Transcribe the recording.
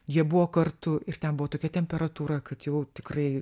jie buvo kartu ir ten buvo tokia temperatūra kad jau tikrai